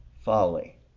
folly